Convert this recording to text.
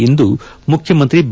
ಇಂದು ಮುಖ್ಯಮಂತ್ರಿ ಬಿ